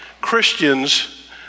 Christians